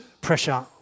pressure